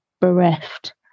bereft